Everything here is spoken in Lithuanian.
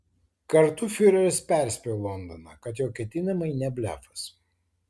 kartu fiureris perspėjo londoną kad jo ketinimai ne blefas